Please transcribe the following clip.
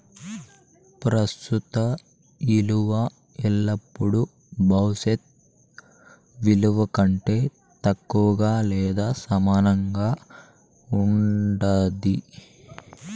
ప్రస్తుత ఇలువ ఎల్లపుడూ భవిష్యత్ ఇలువ కంటే తక్కువగా లేదా సమానంగా ఉండాది